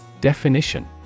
Definition